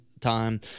time